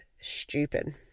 stupid